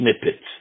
snippets